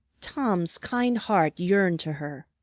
tom's kind heart yearned to her.